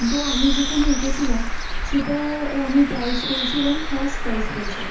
তো আমি যেখানে এঁকেছিলাম সেটা আমি প্রাইজ পেয়েছি এবং ফার্স্ট প্রাইজ পেয়েছিলাম